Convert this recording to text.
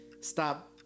stop